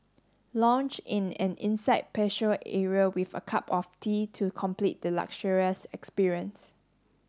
lounge in an inside patio area with a cup of tea to complete the luxurious experience